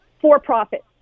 for-profit